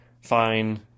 fine